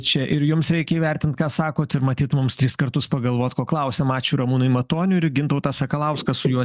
čia ir jums reikia įvertint ką sakot ir matyt mums tris kartus pagalvot ko klausiam ačiū ramūnui matoniui ir gintautas sakalauskas su juo